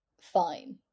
fine